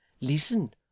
listen